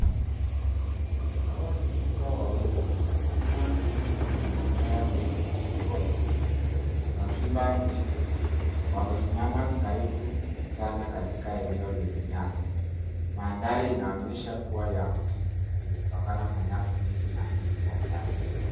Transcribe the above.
Hawa ni simba wawili. Simba ndume mwenye manyoya mengi shingoni na simba jike wamesimama karibu sana katika eneo lenye nyasi. Mandhari inaonyesha kuwa ya msitu kutokana na nyasi mingi na miti kwa umbali.